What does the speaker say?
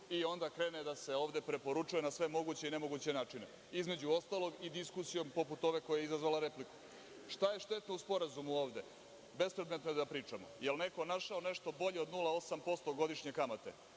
i onda krene da se ovde preporučuje na sve moguće i nemoguće načine. Između ostalog, i diskusijom poput ove koja je izazvala repliku. Šta je štetno u sporazumu ovde? Bespametno je da ovde pričam. Da li je neko našao ovde od 0,8% godišnje kamate,